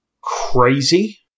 crazy